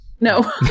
no